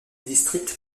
district